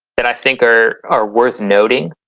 that i think are are worth noting.